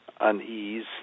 unease